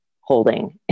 holding